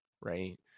right